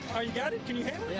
right, you got it? can you handle